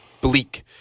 bleak